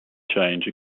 change